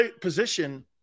position –